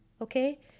okay